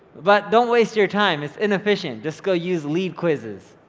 but don't waste your time. it's inefficient. just go use leadquizzes.